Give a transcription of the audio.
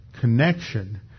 connection